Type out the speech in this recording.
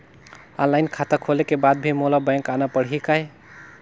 Online खाता खोले के बाद भी मोला बैंक आना पड़ही काय?